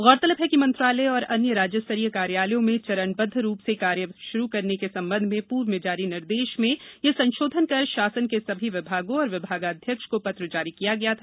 गौरतलब है कि मंत्रालय एवं अन्य राज्य स्तरीय कार्यालयों में चरणबद्ध रूप से कार्य प्रारंभ करने के संबंध में पूर्व में जारी निर्देशों में उक्त संशोधन कर शासन के सभी विभागों और विभागाध्यक्ष को पत्र जारी किया गया है